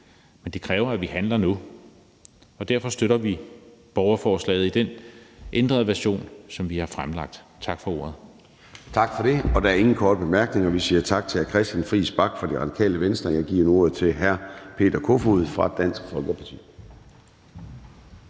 Men det kræver, at vi handler nu, og derfor støtter vi borgerforslaget i den ændrede version, som vi har fremlagt. Tak for ordet. Kl. 00:47 Formanden (Søren Gade): Tak for det. Der er ingen korte bemærkninger. Vi siger tak til hr. Christian Friis Bach fra Det Radikale Venstre. Jeg giver nu ordet til hr. Peter Kofod fra Dansk Folkeparti.